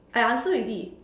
I answer already